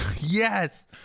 Yes